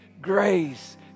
grace